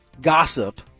gossip